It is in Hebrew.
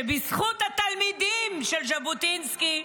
שבזכות התלמידים של ז'בוטינסקי,